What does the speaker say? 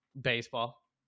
baseball